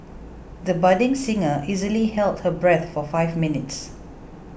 the budding singer easily held her breath for five minutes